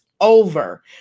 over